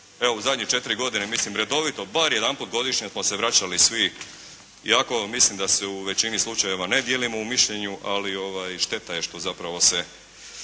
Evo u zadnje 4 godine mislim redovito bar jedanput godišnje smo se vraćali svi iako mislim da se u većini slučajeva ne dijelimo u mišljenju ali šteta je što zapravo se